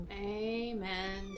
Amen